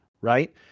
right